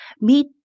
meet